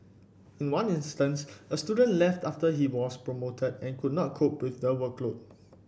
in one instance a student left after he was promoted and could not cope with the workload